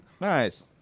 Nice